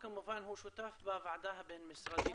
כמובן נמשיך לעבוד בשיתוף פעולה,